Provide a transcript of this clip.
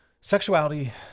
sexuality